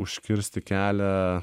užkirsti kelią